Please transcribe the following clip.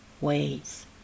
ways